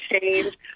change